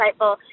insightful